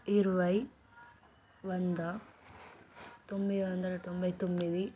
ఇరవై వంద తొమ్మిది వందల తొంభై తొమ్మిది